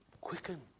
quicken